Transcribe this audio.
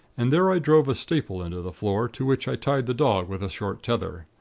and there i drove a staple into the floor, to which i tied the dog with a short tether.